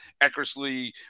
Eckersley